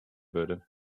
würde